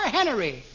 Henry